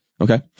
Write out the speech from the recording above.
Okay